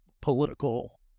political